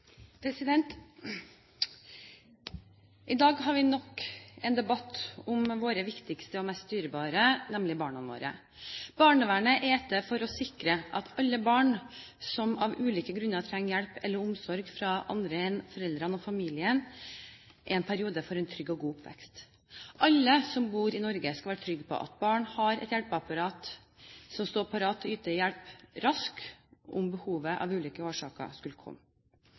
for å sikre at alle barn som av ulike grunner trenger hjelp eller omsorg fra andre enn foreldrene og familien en periode, får en trygg og god oppvekst. Alle som bor i Norge, skal være trygge på at barn har et hjelpeapparat som står parat til å yte hjelp raskt om behovet av ulike årsaker skulle komme.